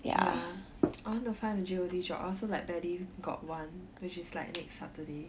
ya I want to find the G_O_D shop I also like barely got one which is like next saturday